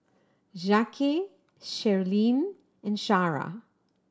Jacquez Sherlyn and Shara